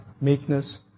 meekness